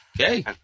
okay